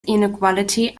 inequality